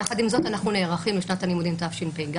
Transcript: יחד עם זאת אנחנו נערכים לשנת הלימודים תשפ"ג,